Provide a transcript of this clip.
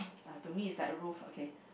uh to me is like roof okay